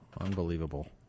Unbelievable